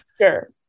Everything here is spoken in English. Sure